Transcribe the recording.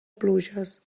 pluges